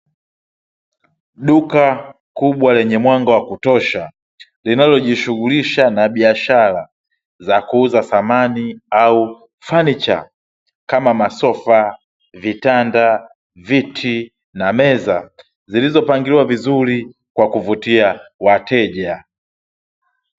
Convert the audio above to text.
Duka kubwa lenye mwanga wa kutosha linalojishughulisha na biashara za kuuza samani au fanicha kama: masofa, vitanda, viti na meza, zilizopangiliwa vizuri kwa kuvutia wateja.